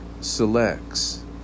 selects